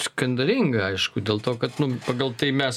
skandalinga aišku dėl to kad nu pagal tai mes